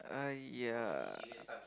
!aiya!